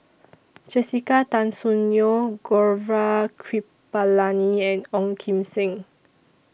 Jessica Tan Soon Neo Gaurav Kripalani and Ong Kim Seng